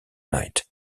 night